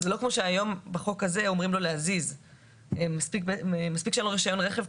זה לא כפי שהיום בחוק הנוכחי אומרים לו להזיז את הרכב.